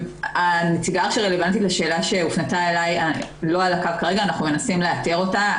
הנציגה הרלוונטית לשאלה שהופנתה לא על הקו כרגע ואנחנו מנסים לאתר אותה.